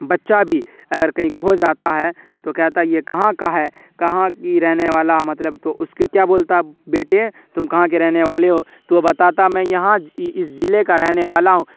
بچہ بھی اگر کہیں کھو جاتا ہے تو کہتا ہے یہ کہاں کا ہے کہاں کی رہنے والا مطلب تو اس کے کیا بولتا بیٹے تم کہاں کے رہنے والے ہو تو وہ بتاتا ہے میں یہاں اس اس ضلعے کا رہنے والا ہوں